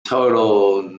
totally